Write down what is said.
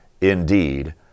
indeed